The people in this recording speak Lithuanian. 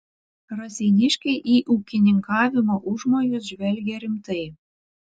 raseiniškiai į ūkininkavimo užmojus žvelgė rimtai